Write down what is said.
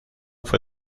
fue